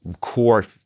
core